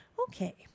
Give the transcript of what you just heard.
Okay